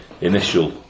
initial